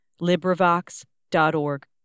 LibriVox.org